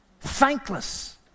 thankless